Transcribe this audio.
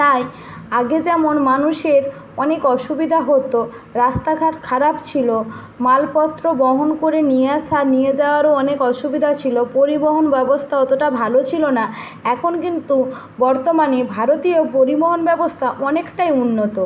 তাই আগে যেমন মানুষের অনেক অসুবিধা হতো রাস্তাঘাট খারাপ ছিল মালপত্র বহন করে নিয়ে আসা নিয়ে যাওয়ারও অনেক অসুবিধা ছিল পরিবহন ব্যবস্থা অতটা ভালো ছিল না এখন কিন্তু বর্তমানে ভারতীয় পরিবহন ব্যবস্থা অনেকটাই উন্নত